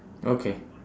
okay